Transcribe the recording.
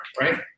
Right